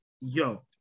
yo